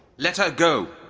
let her go!